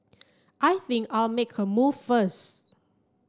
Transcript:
I think I'll make a move first